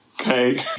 Okay